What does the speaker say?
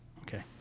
okay